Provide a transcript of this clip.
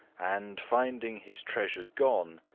and, finding his treasure gone,